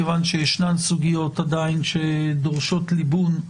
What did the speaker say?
מכיוון שישנן סוגיות עדיין שדורשות ליבון,